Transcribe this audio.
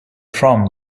from